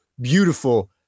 beautiful